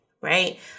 right